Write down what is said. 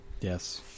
Yes